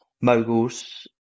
moguls